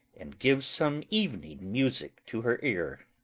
and give some evening music to her ear.